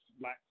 Black